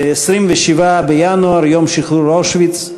ל-27 בינואר, יום שחרור אושוויץ.